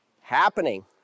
happening